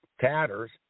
tatters